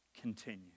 continue